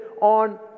on